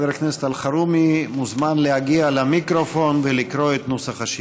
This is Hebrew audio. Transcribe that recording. חבר הכנסת אלחרומי מוזמן להגיע למיקרופון ולקרוא את נוסח השאילתה.